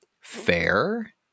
fair